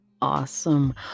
awesome